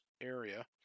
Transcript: area